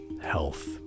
health